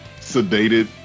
Sedated